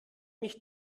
mich